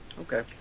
Okay